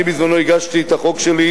אני בשעתי הגשתי את החוק שלי,